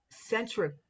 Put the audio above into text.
centric